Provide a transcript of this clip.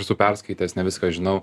esu perskaitęs ne viską žinau